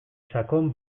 sakon